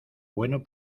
bueno